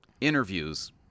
interviews